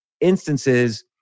instances